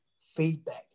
feedback